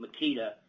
Makita